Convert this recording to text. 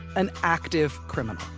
an active criminal.